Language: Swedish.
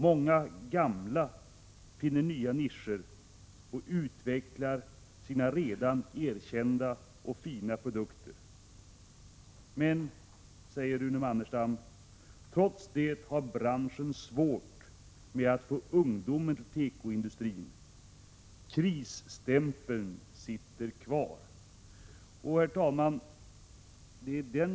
Många ”gamla”' finner nya nischer och utvecklar sina redan erkända och fina produkter. Men trots det har branschen svårt med att få ungdomen till tekoindustrin. Krisstämpeln ——— sitter kvar.” Herr talman!